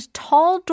tall